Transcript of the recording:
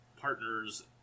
partners